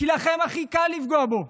כי לכם הכי קל לפגוע בו.